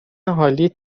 حالیت